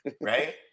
right